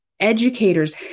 Educators